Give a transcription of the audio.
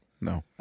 No